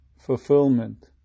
fulfillment